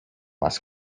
less